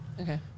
Okay